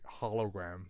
hologram